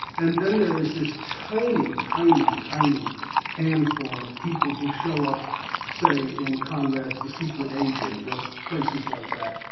and then there is this tiny, tiny, tiny handful of people who show up say in conrad's the secret agent, or places like that,